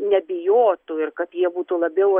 nebijotų ir kad jie būtų labiau